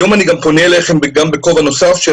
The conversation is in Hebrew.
היום אני פונה אליכם גם בכובע נוסף של